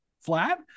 flat